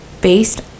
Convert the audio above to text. based